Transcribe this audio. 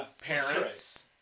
parents